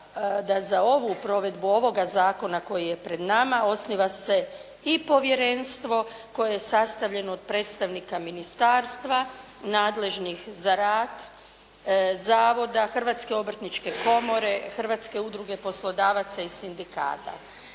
da za ovu provedbu, ovoga zakona koji je pred nama osniva se i povjerenstvo koje je sastavljeno od predstavnika ministarstva nadležnih za rad, zavoda, Hrvatske obrtničke komore, Hrvatske udruge poslodavaca i sindikata.